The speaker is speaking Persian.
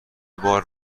بارم